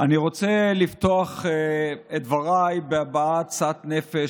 אני רוצה לפתוח את דבריי בהבעת שאט נפש